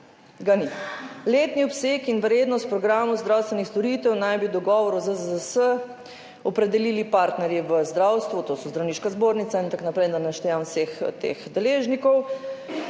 Ga ni. Letni obseg in vrednost programov zdravstvenih storitev naj bi v dogovoru z ZZZS opredelili partnerji v zdravstvu, to so Zdravniška zbornica in tako naprej, da ne naštevam vseh teh deležnikov,